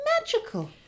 magical